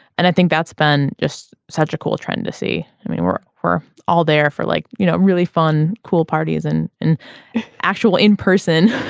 and i think that's been just such a cool trend to see i mean we were all there for like you know really fun cool parties and an actual in-person